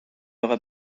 aura